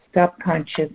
subconscious